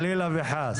חלילה וחס.